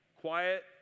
quiet